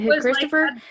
Christopher